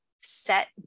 set